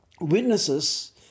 witnesses